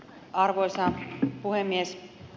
arvoisa puhemies